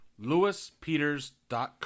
LewisPeters.com